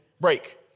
break